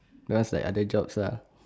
where else like other jobs lah